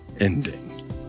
ending